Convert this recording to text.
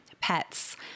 pets